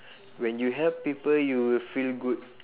when you help people you will feel good